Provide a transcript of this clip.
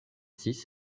six